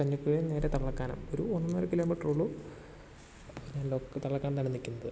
കഞ്ഞിക്കുഴിയിൽ നിന്ന് നേരെ തള്ളക്കാനം ഒരു ഒന്നര കിലോമീറ്ററേ ഉള്ളൂ ഞാൻ ലൊക്ക് തള്ളക്കാനത്താണ് നിൽക്കുന്നത്